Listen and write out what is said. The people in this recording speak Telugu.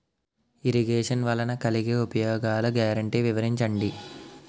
ఇరగేషన్ వలన కలిగే ఉపయోగాలు గ్యారంటీ వివరించండి?